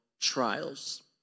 trials